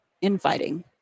infighting